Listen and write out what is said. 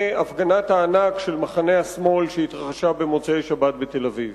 הפגנת הענק של מחנה השמאל שהתקיימה במוצאי שבת בתל-אביב.